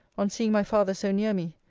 on seeing my father so near me.